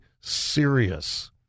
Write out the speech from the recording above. serious